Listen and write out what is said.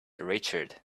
richard